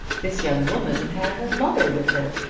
this young woman had her mother with her.